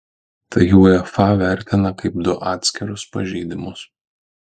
tai uefa vertina kaip du atskirus pažeidimus